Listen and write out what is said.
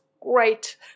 great